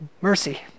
mercy